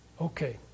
Okay